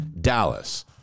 Dallas